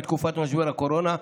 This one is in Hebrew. בתקופת משבר הקורונה,